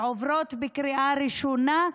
והן עוברות בקריאה ראשונה,